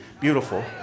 beautiful